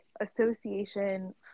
Association